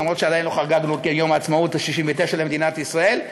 אף שעדיין לא חגגנו את יום העצמאות ה-69 למדינת ישראל,